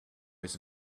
his